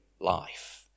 life